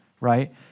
right